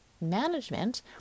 management